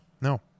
No